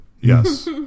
Yes